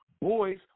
boys